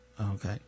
Okay